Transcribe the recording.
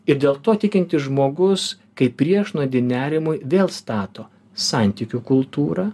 ir dėl to tikintis žmogus kaip priešnuodį nerimui vėl stato santykių kultūrą